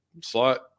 slot